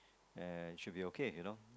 ya it should be okay you know